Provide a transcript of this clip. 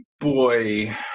boy